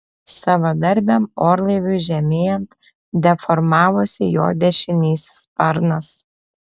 savadarbiam orlaiviui žemėjant deformavosi jo dešinysis sparnas